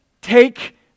take